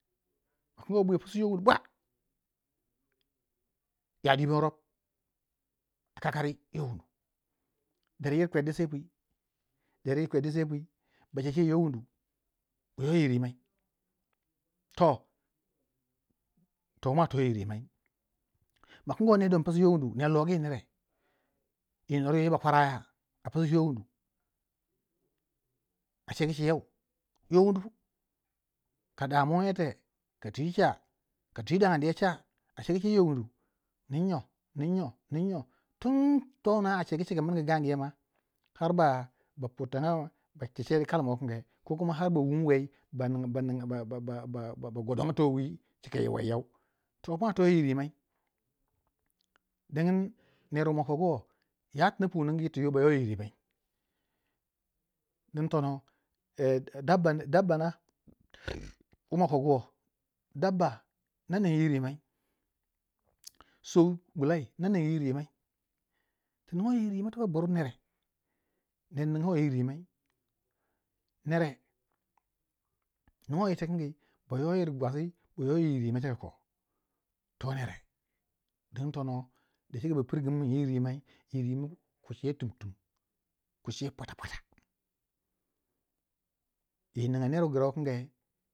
makingoi babwiya psu yo wundu bwa, ya dipna rop a kakari yo wundu, der yir kweddisei pwi der yir kweddisei pwi, ba cece yo wundu ba ywa yir rimai, to toma to yir rimai makungo ner don a pisiu yo wundu ner logi nere yi nur yo yi bakwara a psiu yo wundu a cegu ceu yo wundu pa, ka damuwa yo te ka twi cha, ka twi dangani ye cha a cheguchei yo wundu nin nyo nin nyo nin nyo, tun to wuna a cegu cika a miringi ganguye ma har ba purtanga ti ceri yi kalma wukange ko kuma har ba wun wei ba gwadanga to wi cika yi waiyau, tomwa to yir rimai dingin ner wu ma kogu wo yati napu ningu ne bayo yir rimai, ding tono dabba na wuna kogu wo dabba na ning yir rimai, sou gukai ba ning yir rimai, tu nigoi yir rimai tibak bur nere, ner ningoi yir rimai, nere nigoi yir tikingi ba ywa yir gwasi ba ywa yir rimai to nere ding tono dacike ma pirgumu kin yir rimai, yir rimai kuci ye tuntum, kuci ye pwata pwata yi ninga ner wu gra yikinge